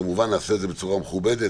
כמובן נעשה את זה בצורה מכובדת,